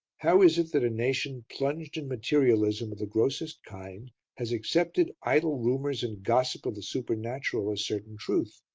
how is it that a nation plunged in materialism of the grossest kind has accepted idle rumours and gossip of the supernatural as certain truth?